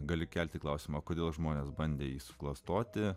gali kelti klausimą kodėl žmonės bandė jį suklastoti